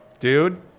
dude